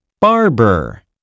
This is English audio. Barber